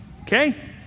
Okay